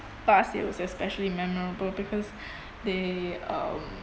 past it was especially memorable because they um